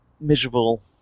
miserable